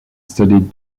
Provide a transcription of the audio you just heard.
studied